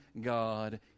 God